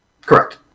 Correct